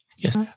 Yes